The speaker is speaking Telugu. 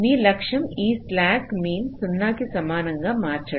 మీ లక్ష్యం ఈ స్లాక్ మీన్ 0 కి సమానంగా మార్చడం